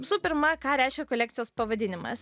visų pirma ką reiškia kolekcijos pavadinimas